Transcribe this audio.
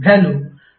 value ωLImअसेल